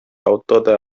autode